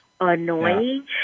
annoying